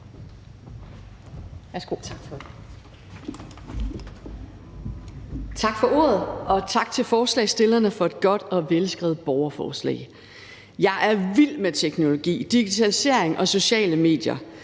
Tak for ordet, og tak til forslagsstillerne for et godt og velskrevet borgerforslag. Jeg er vild med teknologi, digitalisering og sociale medier.